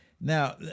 Now